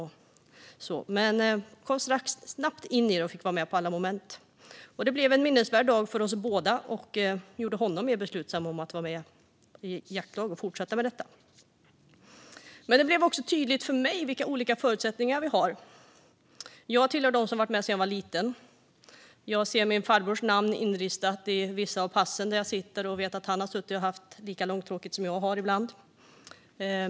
Men han kom snabbt in i det och fick vara med på alla moment. Det blev en minnesvärd dag för oss båda som gjorde honom än mer beslutsam att gå med i ett jaktlag och fortsätta med jakt. Men det blev också tydligt för mig vilka olika förutsättningar vi har. Jag tillhör dem som har varit med sedan jag var liten. Jag ser min farbrors namn inristat i ett träd vid vissa av passen där jag sitter, och jag vet att han har suttit där och haft lika långtråkigt som jag har ibland.